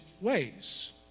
ways